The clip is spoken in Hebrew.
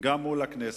גם מול הכנסת,